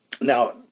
Now